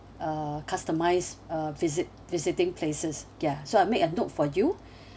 uh customised uh visit visiting places ya so I make a note for you